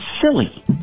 silly